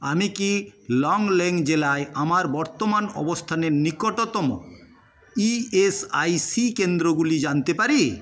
আমি কি লংলেং জেলায় আমার বর্তমান অবস্থানের নিকটতম ই এস আই সি কেন্দ্রগুলি জানতে পারি